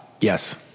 Yes